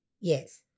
Yes